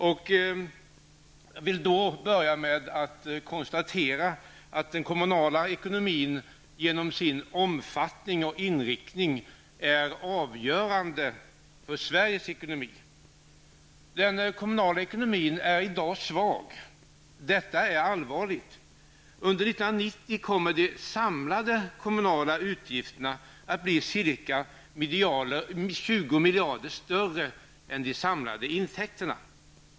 Jag vill börja med att konstatera att den kommunala ekonomin genom sin omfattning och inriktning är avgörande för Sveriges ekonomi. Den kommunala ekonomin är i dag svag. Detta är allvarligt. Under 1990-talet kommer de samlade kommunala utgifterna att bli ca 20 miljarder större än de samlade intäkterna.